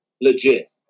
legit